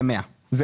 זה 200 בבקשה,